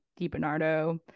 DiBernardo